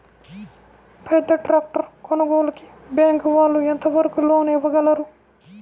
పెద్ద ట్రాక్టర్ కొనుగోలుకి బ్యాంకు వాళ్ళు ఎంత వరకు లోన్ ఇవ్వగలరు?